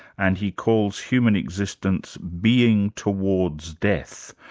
and he calls human existence being towards death.